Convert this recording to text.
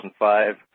2005